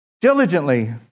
diligently